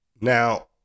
Now